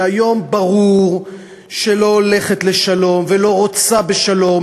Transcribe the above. שהיום ברור שלא הולכת לשלום ולא רוצה בשלום,